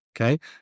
okay